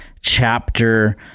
chapter